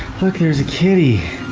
look, there's a kitty!